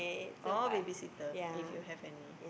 or baby sitter if you have any